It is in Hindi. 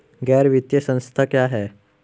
गैर वित्तीय संस्था क्या है?